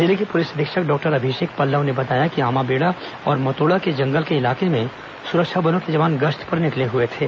जिले के पुलिस अधीक्षक डॉक्टर अभिषेक पल्लव ने बताया कि आमाबेड़ा और मतोड़ा के जंगल के इलाके में सुरक्षा बलों के जवान गश्त पर निकले हुए थे